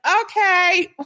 okay